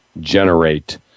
generate